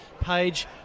page